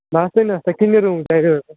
दस दिन आस्तै किन्ने रूम चाहिदे तुसें